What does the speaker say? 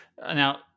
Now